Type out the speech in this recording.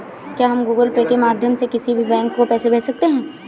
क्या हम Google Pay के माध्यम से किसी बैंक को पैसे भेज सकते हैं?